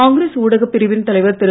காங்கிரஸ் ஊடகப் பிரிவின் தலைவர் திரு